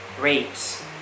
rapes